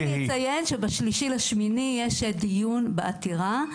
אני רק אציין שבשלישי באוגוסט יש דיון בעתירה,